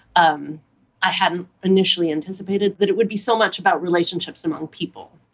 um i hadn't initially anticipated that it would be so much about relationships among people.